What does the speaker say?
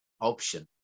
option